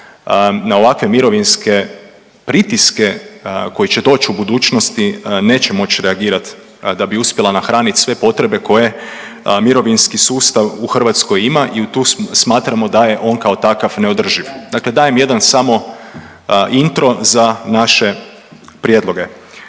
na ovakve mirovinske pritiske koji će doći u budućnosti neće moći reagirati, a da bi uspjela nahraniti sve potrebe koje mirovinski sustav u Hrvatskoj ima i tu smatramo da je on kao takav neodrživ. Dakle, dajem jedan samo intro za naše prijedloge.